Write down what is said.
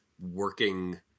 working